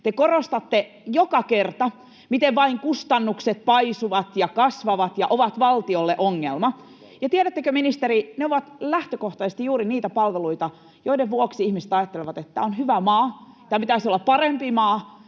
Te korostatte joka kerta, miten vain kustannukset paisuvat ja kasvavat ja ovat valtiolle ongelma. Tiedättekö, ministeri: ne ovat lähtökohtaisesti juuri niitä palveluita, joiden vuoksi ihmiset ajattelevat, että tämä on hyvä maa, tämän pitäisi olla parempi maa.